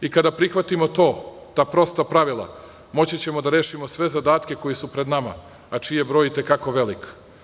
I kada prihvatimo to, ta prosta pravila, moći ćemo da rešimo sve zadatke koji su pred nama, a čiji je broj i te kako veliki.